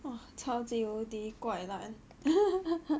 !wah! 超级无敌 guai lan